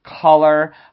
color